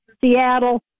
Seattle